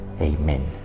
Amen